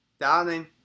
darling